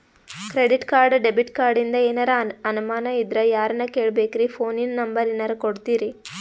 Credit card, debit ಕಾರ್ಡಿಂದ ಏನರ ಅನಮಾನ ಇದ್ರ ಯಾರನ್ ಕೇಳಬೇಕ್ರೀ, ಫೋನಿನ ನಂಬರ ಏನರ ಕೊಡ್ತೀರಿ?